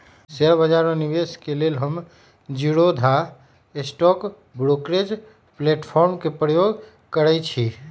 share बजार में निवेश के लेल हम जीरोधा स्टॉक ब्रोकरेज प्लेटफार्म के प्रयोग करइछि